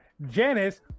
Janice